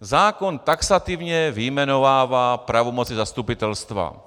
Zákon taxativně vyjmenovává pravomoci zastupitelstva.